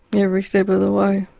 every step of the way